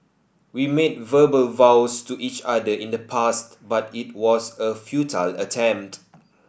we made verbal vows to each other in the past but it was a futile attempt